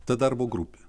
ta darbo grupė